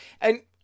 And-